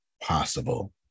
possible